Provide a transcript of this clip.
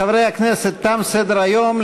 חברי הכנסת, תם סדר-היום.